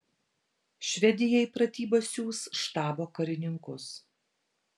švedija į pratybas siųs štabo karininkus